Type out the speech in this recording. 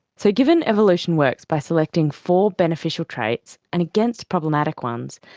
so given evolution works by selecting four beneficial traits and against problematic ones,